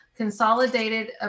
Consolidated